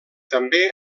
també